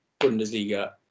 Bundesliga